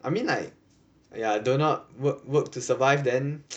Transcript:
I mean like ya do not work work to survive then